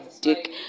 dick